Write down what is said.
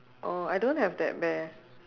oh I don't have that bear